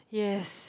yes